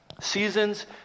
seasons